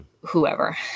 whoever